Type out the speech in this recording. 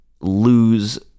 lose